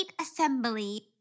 assembly